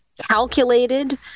calculated